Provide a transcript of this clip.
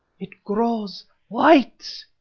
it grows white!